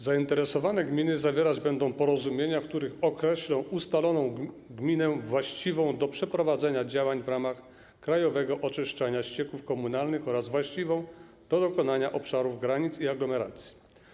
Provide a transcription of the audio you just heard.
Zainteresowane gminy będą zawierać porozumienia, w których określą ustaloną gminę właściwą do przeprowadzenia działań w ramach krajowego oczyszczania ścieków komunalnych oraz właściwą do dokonania obszarów granic i aglomeracji.